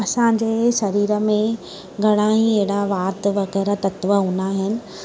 असांजे शरीर में घणा ई अहिड़ा वात वग़ैरह तत्व हूंदा आहिनि